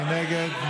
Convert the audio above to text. מי נגד?